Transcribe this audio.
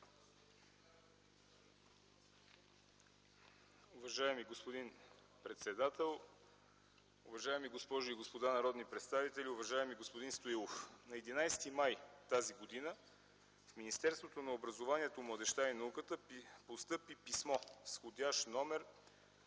Уважаеми господин председател, уважаеми госпожи и господа народни представители, уважаеми господин Стоилов! На 11 май т.г. в Министерството на образованието, младежта и науката постъпи писмо с вх. №